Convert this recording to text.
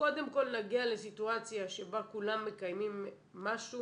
קודם כול נגיע לסיטואציה שבה כולם מקיימים משהו,